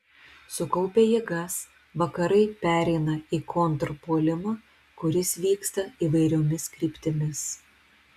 sukaupę jėgas vakarai pereina į kontrpuolimą kuris vyksta įvairiomis kryptimis